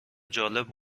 جالب